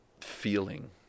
feeling